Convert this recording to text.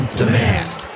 demand